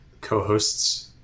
co-hosts